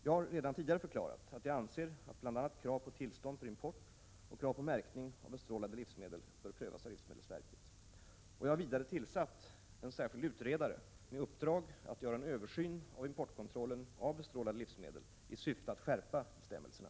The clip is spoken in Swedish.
Jag har redan tidigare förklarat att jag anser att bl.a. krav på tillstånd för import och krav på märkning av bestrålade livsmedel bör prövas av livsmedelsverket. Jag har vidare tillsatt en särskild utredare med uppdrag att göra en översyn av importkontrollen av bestrålade livsmedel i syfte att skärpa bestämmelserna.